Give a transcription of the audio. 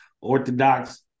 orthodox